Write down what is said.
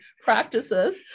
practices